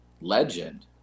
legend